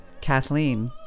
Kathleen